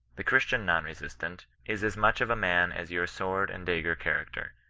the christian non-resistant is as much of a man as your sword and dagger character,